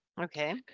Okay